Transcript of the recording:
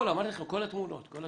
כל התמונות אחת-אחת.